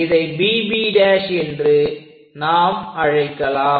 இதை BB' என்று நாம் அழைக்கலாம்